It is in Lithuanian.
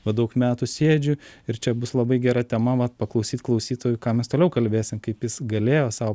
o daug metų sėdžiu ir čia bus labai gera tema vat paklausyt klausytojui ką mes toliau kalbėsim kaip jis galėjo sau